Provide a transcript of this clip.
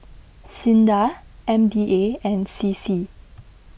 Sinda M D A and C C